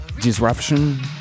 disruption